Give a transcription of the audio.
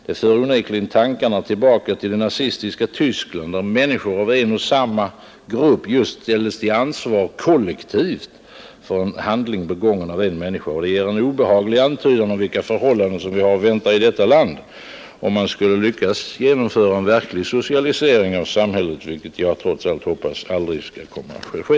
Detta för onekligen tankarna tillbaka till det nazistiska Tyskland där människor ur en och samma grupp just ställdes till ansvar kollektivt för en handling begången av en människa. Och det ger en obehaglig antydan om vilka förhållanden vi har att vänta i detta land, om man skulle genomföra en verklig socialisering av samhället, något som jag trots allt hoppas aldrig skall komma att ske.